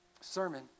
sermon